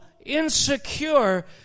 insecure